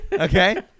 Okay